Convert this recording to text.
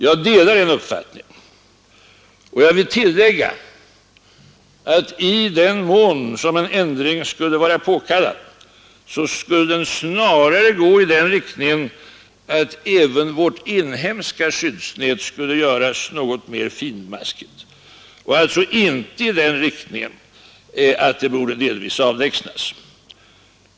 Jag delar den uppfattningen, och jag vill tillägga att i den mån en ändring skulle vara påkallad skulle den snarare gå i den riktningen att även vårt inhemska skyddsnät skulle göras något mer finmaskigt och alltså inte gå i den riktningen att det delvis avlägsnas.